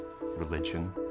religion